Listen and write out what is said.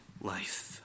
life